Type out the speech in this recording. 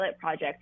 project